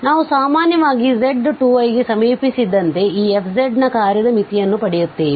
ನಾವು ಸಾಮಾನ್ಯವಾಗಿ z 2i ಗೆ ಸಮೀಪಿಸುತ್ತಿದ್ದಂತೆ ಈ fಕಾರ್ಯದ ಮಿತಿಯನ್ನು ಪಡೆಯುತ್ತೇವೆ